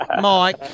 Mike